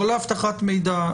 לא לאבטחת מידע,